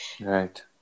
Right